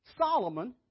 Solomon